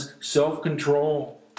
self-control